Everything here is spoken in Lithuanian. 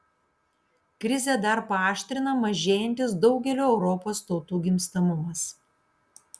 krizę dar paaštrina mažėjantis daugelio europos tautų gimstamumas